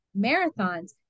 marathons